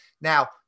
Now